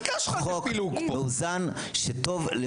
שזה חוק מאוזן שטוב למדינת היהודים.